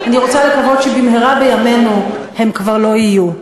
אני רוצה לקוות שבמהרה בימינו הם כבר לא יהיו.